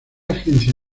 agencia